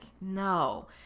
no